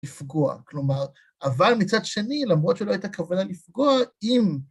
לפגוע, כלומר, אבל מצד שני, למרות שלא הייתה כוונה לפגוע, אם...